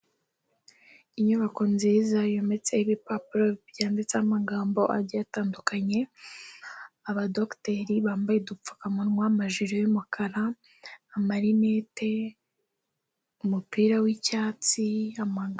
Inyubako nziza yometseho ibipapuro byanditseho amagambo agiye atandukanye. Abadogiteri bambaye udupfukamunwa, amajire y'umukara, amarinete, umupira w'icyatsi.